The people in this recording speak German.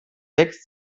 sechs